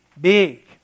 big